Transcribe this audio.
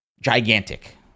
gigantic